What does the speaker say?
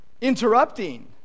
interrupting